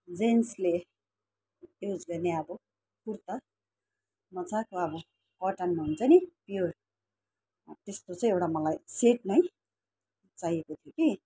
जेन्सले use गर्ने अब कुर्ता मजाको अब कटनमा हुन्छ नि प्युर त्यस्तो चाहिँ एउटा मलाई सेट नै चाहिएको थियो कि